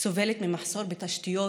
סובל ממחסור בתשתיות,